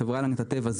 החברה להגנת הטבע,